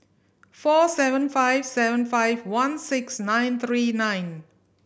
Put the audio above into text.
four seven five seven five one six nine three nine